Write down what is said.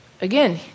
Again